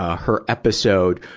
ah her episode,